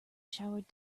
showered